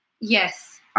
yes